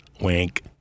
Wink